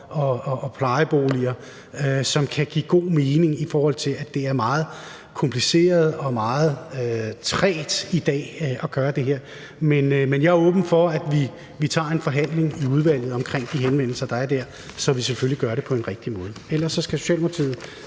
og plejeboliger. Det kan give god mening, i lyset af at det i dag er meget kompliceret og meget trægt at gøre det her. Men jeg er åben for, at vi tager en forhandling i udvalget om de henvendelser, der er kommet der, så vi selvfølgelig gør det på den rigtige måde. Ellers skal Socialdemokratiet